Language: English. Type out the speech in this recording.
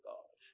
God